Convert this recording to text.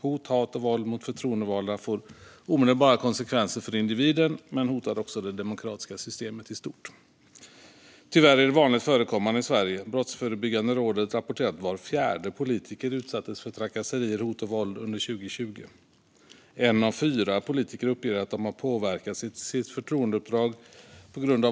Hot, hat och våld mot förtroendevalda får omedelbara konsekvenser för individen men hotar också det demokratiska systemet i stort. Tyvärr är det vanligt förekommande i Sverige. Brottsförebyggande rådet rapporterade att var fjärde politiker utsattes för trakasserier, hot eller våld under 2020. En av fyra politiker uppger att de har påverkats i sitt förtroendeuppdrag på grund